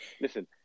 Listen